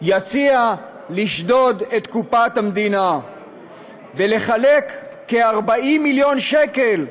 יציע לשדוד את קופת המדינה ולחלק כ-40 מיליון שקל,